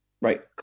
right